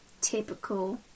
typical